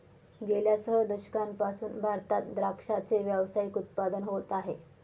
गेल्या सह दशकांपासून भारतात द्राक्षाचे व्यावसायिक उत्पादन होत आहे